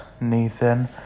Nathan